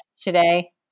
today